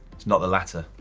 it's not the later.